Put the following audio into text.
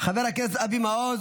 חבר הכנסת אבי מעוז,